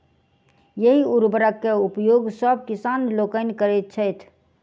एहि उर्वरक के उपयोग सभ किसान लोकनि करैत छथि